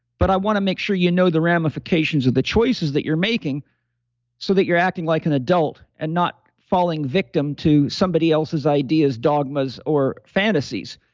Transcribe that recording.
but i want to make sure you know the ramifications of the choices that you're making so that you're acting like an adult and not falling victim to somebody else's ideas, dogmas, or fantasies.